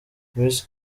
miss